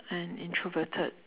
and introverted